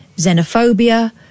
xenophobia